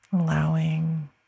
allowing